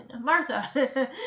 martha